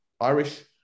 Irish